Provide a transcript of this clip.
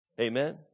Amen